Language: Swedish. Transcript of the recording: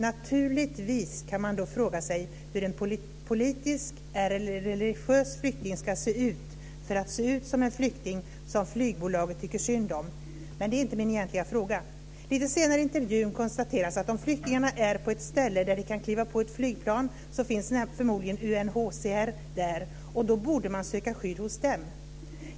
Naturligtvis kan man då fråga sig hur en politisk eller religiös flykting ska se ut för att se ut som en flykting som flygbolaget tycker synd om. Men det är inte min egentliga fråga. Litet senare i intervjun konstateras att om flyktingarna är på ett ställe där de kan kliva på ett flygplan finns förmodligen UNHCR där. Då borde man söka skydd hos dem.